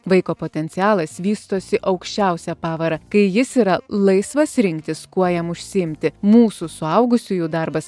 vaiko potencialas vystosi aukščiausia pavara kai jis yra laisvas rinktis kuo jam užsiimti mūsų suaugusiųjų darbas